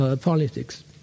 politics